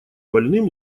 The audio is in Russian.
больным